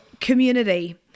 community